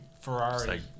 ferrari